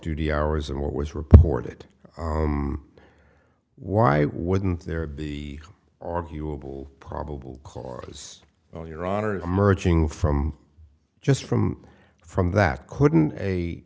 duty hours and what was reported why wouldn't there be arguable probable cause all your honor emerging from just from from that couldn't a